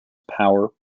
power